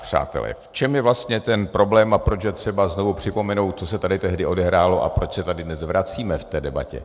Přátelé, v čem je vlastně problém a proč je třeba znovu připomenout, co se tady tehdy odehrálo a proč se tady dnes vracíme v té debatě.